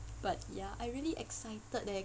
but ya I really excited eh